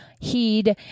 heed